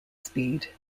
speed